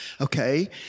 okay